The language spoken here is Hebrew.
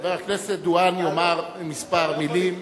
חבר הכנסת דואן יאמר כמה מלים.